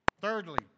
Thirdly